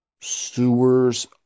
sewers